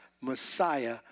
Messiah